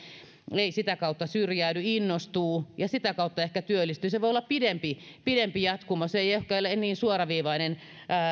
ei sitä kautta syrjäydy innostuu ja sitä kautta ehkä työllistyy ja se voi olla pidempi pidempi jatkumo se ei ehkä ole niin suoraviivainen